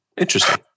Interesting